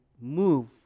move